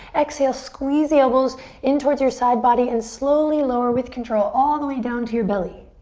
exhale, squeeze the elbows in towards your side body and slowly lower with control all the way down to your belly.